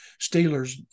Steelers